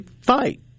fight